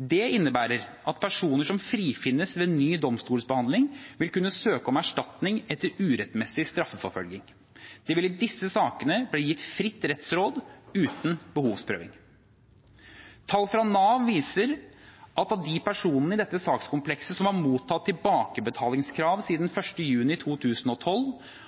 Det innebærer at personer som frifinnes ved ny domstolsbehandling, vil kunne søke om erstatning etter urettmessig straffeforfølging. Det vil i disse sakene bli gitt fritt rettsråd uten behovsprøving. Tall fra Nav viser at av de personene i dette sakskomplekset som har mottatt tilbakebetalingskrav siden 1. juni 2012,